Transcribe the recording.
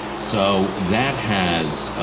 so that has